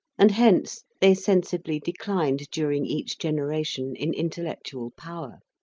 and hence they sensibly declined during each generation in intellectual power.